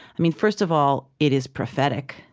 first of all, it is prophetic.